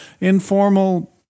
informal